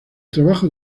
trabajo